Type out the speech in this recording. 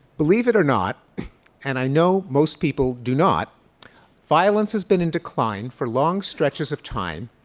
believe it or not and i know most people do not violence has been in decline for long stretches of time.